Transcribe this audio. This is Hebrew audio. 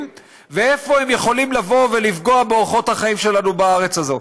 ואיפה הם יכולים לבוא ולפגוע באורחות החיים שלנו בארץ הזאת.